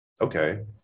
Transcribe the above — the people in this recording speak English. Okay